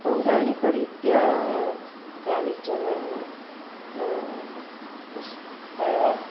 पौराणिकरीत्या कानिचन स्थलम्